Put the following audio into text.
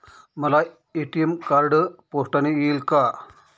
मला ATM card पोस्टाने येईल का?